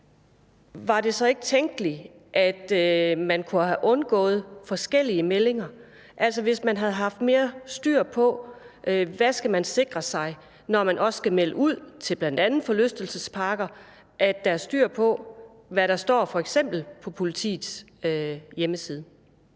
er det så ikke tænkeligt, at man kunne have undgået forskellige meldinger, altså hvis man havde haft mere styr på, hvad man skulle sikre sig, når man også skulle melde ud til bl.a. forlystelsesparker, så der var styr på, hvad der f.eks. stod på politiets hjemmeside?